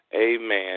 amen